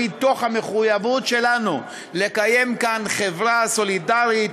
מתוך המחויבות שלנו לקיים כאן חברה סולידרית,